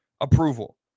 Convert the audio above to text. approval